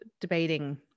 debating